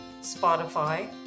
Spotify